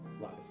Lies